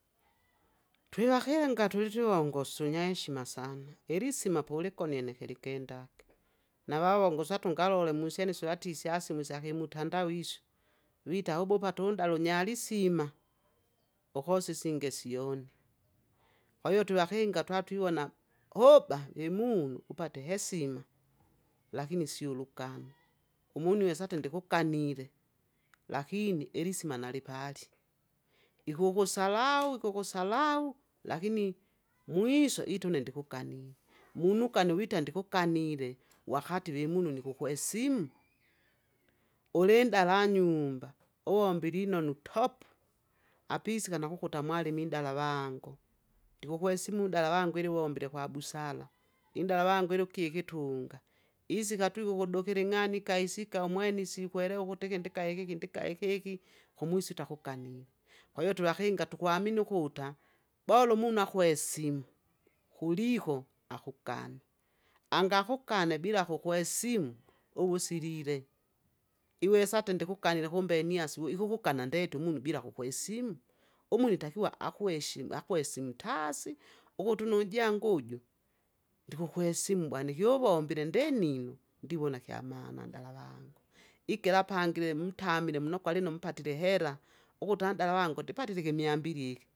twivakinga tuli twiwongosu unyaheshima sana, ilisima polokonine kilikendake, navawongo sa tungalole musyene iso vati isyasimu isyakimutandao isyo. Vita ubupa tundale unyalisima, ukosi isinge sioni. Kwahiyo twivakinga twatwivona uhoba imunu upate ihesima, lakini sio ulugano, umunu isa ati ndikuganil, lakini ilisima nalipali, ikukusalau ikukusalau, lakini mwiso itu une ndikuganile, munukani wita ndikuganile, wakati vimunu nikukwesimu. Ulinndala anyumba uvombile inonu topu, apisika nakukuta mwalimi inndala avangu, ndikukwesimu unndala avangu ili uvombile kwabusara inndala avangu ili ukiki tunga, isika atwike ukudukila ing'anika isika umwene isiikwelewa ukuti iki ndika ikeki ndika ikeki, kumusita kuganile. Kwahiyo twevakinga tukwamini ukuta bora umunu akwesimu kuliko akugane. Angakugane bila bila kukwesimu, uvusilile, iwesa ati ndikuganile kumbe inia asiwe ikukugana ndeti umunu bila kukwesimu? umunu itakiwa akwashimu akwasimu taasi, ukutu nujangu uju, ndikukwesimu bwana iki uwombile ndinnino ndiwona kyamana nndala vangu. Ikila apangile mtamile mnokwa lino mpatile hera, ukuta anndala vangu ndipatile ikimyambili iki.